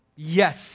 Yes